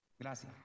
Gracias